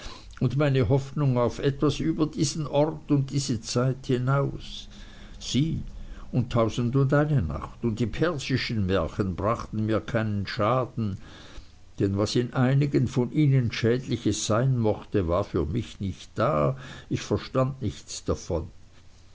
und meine hoffnung auf etwas über diesen ort und diese zeit hinaus sie und tausendundeine nacht und die persischen märchen brachten mir keinen schaden denn was in einigen von ihnen schädliches sein mochte war für mich nicht da ich verstand nichts davon